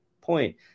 point